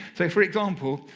so for example,